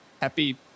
Happy